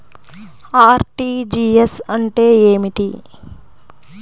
RTGS అంటే ఏమిటి?